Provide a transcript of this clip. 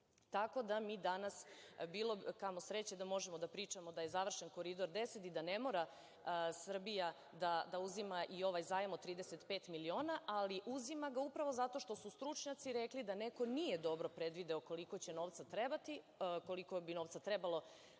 tako da mi danas bilo kamo sreće da možemo da pričamo da je završen Koridor 10 i da ne mora Srbija da uzima i ovaj zajam od 35 miliona, ali uzima ga upravo zato što su stručnjaci rekli da neko nije dobro predvideo koliko će novca trebati, koliko bi novca trebalo